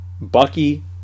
Bucky